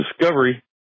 discovery